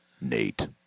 nate